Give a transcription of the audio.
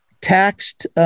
taxed